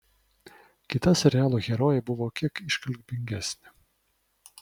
kita serialo herojė buvo kiek iškalbingesnė